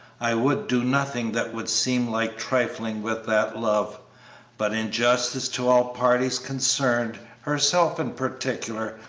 i would do nothing that would seem like trifling with that love but, in justice to all parties concerned, herself in particular,